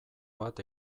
bat